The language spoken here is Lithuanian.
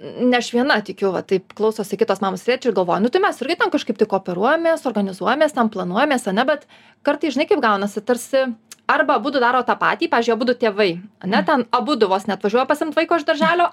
ne aš viena tikiu va taip klausosi kitos mamos galvoju nu tai mes kažkaip tai kooperuojamės organizuojamės ten planuojamės ane bet kartais žinai kaip gaunasi tarsi arba abudu daro tą patį pavyzdžiui abudu tėvai ane ten abudu vos neatvažiuoja pasiimt vaiko iš darželio